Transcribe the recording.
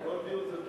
כן, ועדת הפנים.